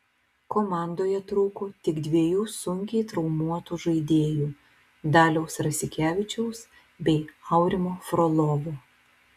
komandoje trūko tik dviejų sunkiai traumuotų žaidėjų daliaus rasikevičiaus bei aurimo frolovo